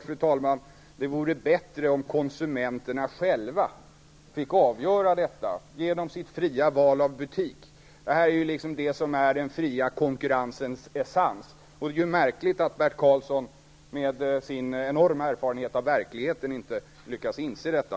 Fru talman! Det vore bättre om konsumenterna själva fick avgöra detta genom sitt fria val av butik; det är ju den fria konkurrensens essens. Och det är märkligt att Bert Karlsson, med sin enorma erfarenhet av verkligheten, inte lyckats inse detta.